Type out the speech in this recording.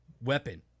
weapon